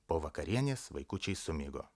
po vakarienės vaikučiai sumigo